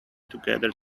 together